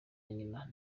nyina